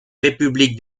république